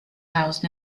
housed